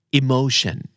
emotion